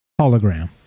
hologram